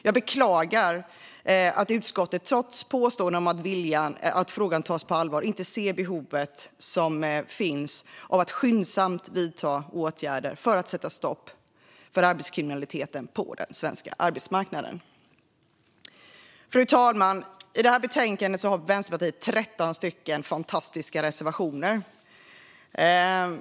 Jag beklagar att utskottet trots påståenden om att frågan tas på allvar inte ser det behov som finns av att skyndsamt vidta åtgärder för att sätta stopp för arbetslivskriminaliteten på den svenska arbetsmarknaden. Fru talman! I betänkandet har Vänsterpartiet 13 fantastiska reservationer.